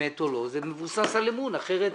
זה משהו טכני.